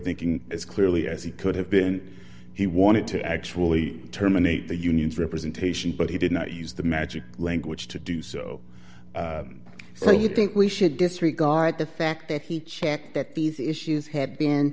thinking as clearly as he could have been he wanted to actually terminate the union's representation but he did not use the magic language to do so so you think we should disregard the fact that he shared that these issues ha